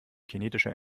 kinetischer